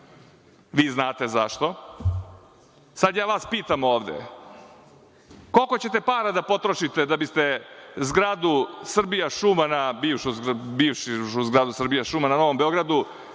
vi znate zašto, sad ja vas pitam ovde, koliko ćete para da potrošite da biste zgradu „Srbijašuma“, bivšu zgradu „Srbijašuma“ na Novom Beogradu,